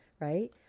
right